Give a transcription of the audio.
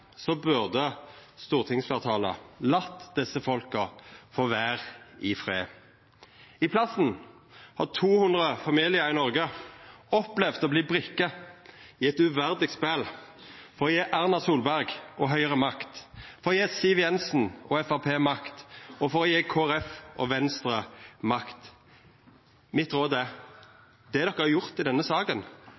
burde stortingsfleirtalet late desse folka få vera i fred. I staden har 200 familiar i Noreg opplevd å verta brikkar i eit uverdig spel for å gje Erna Solberg og Høgre makt, for å gje Siv Jensen og Framstegspartiet makt og for å gje Kristeleg Folkeparti og Venstre makt. Mitt råd er: Det Stortinget har gjort i denne saka,